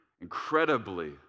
incredibly